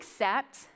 accept